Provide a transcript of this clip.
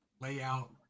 layout